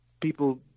people